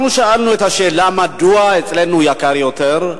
שאלנו את השאלה מדוע אצלנו יקר יותר,